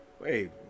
wait